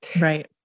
Right